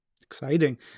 Exciting